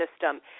system